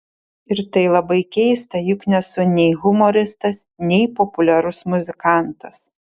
ir tai labai keista juk nesu nei humoristas nei populiarus muzikantas